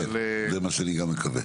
כן, זה מה שאני גם מקווה.